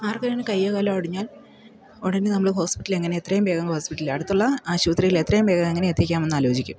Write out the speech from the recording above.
ആർക്ക് വേണേൽ കയ്യോ കാലോ ഒടിഞ്ഞാൽ ഉടനെ നമ്മള് ഹോസ്പിറ്റലിൽ എങ്ങനെ എത്രയും വേഗം ഹോസ്പിറ്റലിൽ അടുത്തുള്ള ആശുപത്രിയിൽ എത്രയും വേഗം എങ്ങനെ എത്തിക്കാമെന്നാലോചിക്കും